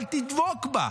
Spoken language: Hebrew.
אבל תדבק בה.